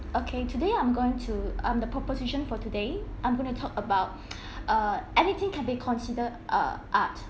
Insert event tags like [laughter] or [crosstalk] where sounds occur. okay today I'm going to(um) the proposition for today I'm going to talk about [breath] [noise] err anything can be considered uh art